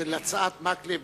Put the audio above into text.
של הצעת מקלב,